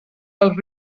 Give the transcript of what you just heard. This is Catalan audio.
dels